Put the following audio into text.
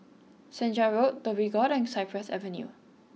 Senja Road Dhoby Ghaut and Cypress Avenue